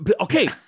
Okay